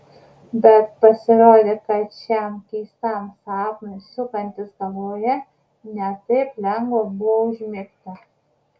bet pasirodė kad šiam keistam sapnui sukantis galvoje ne taip lengva buvo užmigti